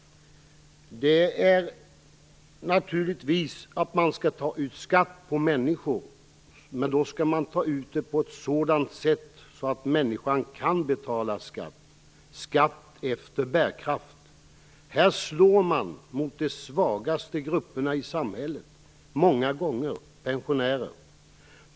Det är klart att man skall ta ut skatt på människor, men man skall ta ut den på ett sådant sätt att människor kan betala skatt; skatt efter bärkraft. Här slår man mot de svagaste grupperna i samhället, och det är många gånger pensionärer.